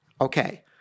okay